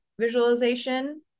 visualization